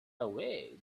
away